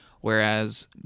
whereas